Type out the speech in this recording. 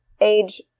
age